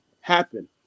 happen